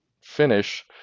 finish